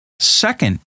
Second